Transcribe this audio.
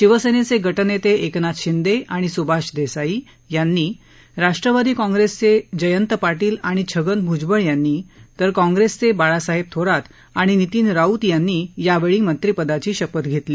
शिवसेनेचे गट नेते एकनाथ शिंदे आणि सुभाष देसाइ यांनी राष्ट्रवादी काँग्रेसचे जयंत पाटील आणि छगन भुजबळ यांनी तर काँग्रेसचे बाळासाहेब थोरात आणि नितीन राऊत यांनी मंत्रिपदाची शपथ घेतली